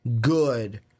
good